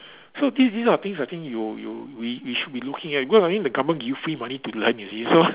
so these these are things I think you you we we should be looking at because I mean the government give you free money to learn you see so